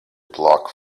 block